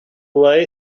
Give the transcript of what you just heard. way